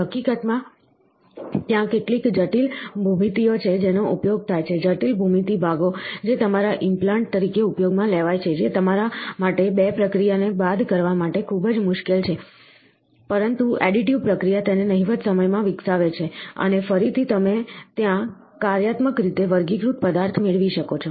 હકીકતમાં ત્યાં કેટલીક જટિલ ભૂમિતિઓ છે જેનો ઉપયોગ થાય છે જટિલ ભૂમિતિ ભાગો જે તમારા ઇમ્પ્લાન્ટ તરીકે ઉપયોગમાં લેવાય છે જે તમારા માટે 2 પ્રક્રિયાને બાદ કરવા માટે ખૂબ જ મુશ્કેલ છે પરંતુ એડિટિવ પ્રક્રિયા તેને નહિવત સમયમાં વિકસાવે છે અને ફરીથી તમે ત્યાં કાર્યાત્મક રીતે વર્ગીકૃત પદાર્થ મેળવી શકો છો